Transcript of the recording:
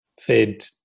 fed